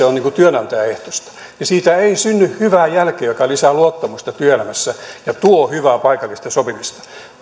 on työnantajaehtoista niin siitä ei synny hyvää jälkeä joka lisää luottamusta työelämässä ja tuo hyvää paikallista sopimista